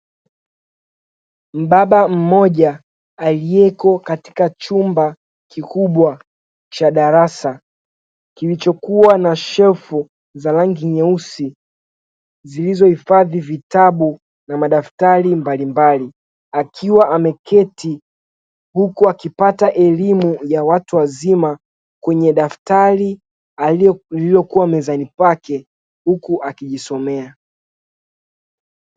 Baba mmoja aliyeko katika chumba kikubwa cha darasa kilichokuwa na shelfu za rangi nyeusi zilizohifadhi vitabu na madaftari mbalimbali akiwa ameketi huku akipata elimu ya watu wazima kwenye daftari iliyokuwa mezani kwake huku akijisomea.